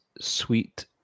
Sweet